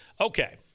Okay